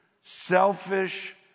selfish